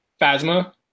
Phasma